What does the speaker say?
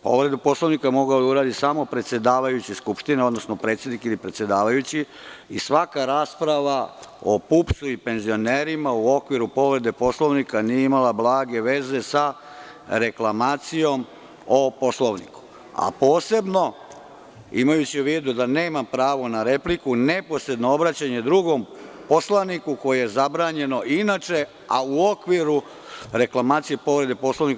Povredu Poslovnika može da učini samo predsedavajući Skupštine, odnosno predsednik ili predsedavajući i svaka rasprava o PUPS i penzionerima u okviru povrede Poslovnika nije ima blage veze sa reklamacijom o Poslovniku, a posebno, imajući u vidu da nema pravo na repliku, neposredno obraćanje drugom poslaniku, koje je zabranjeno, a u okviru reklamacije povrede Poslovnika.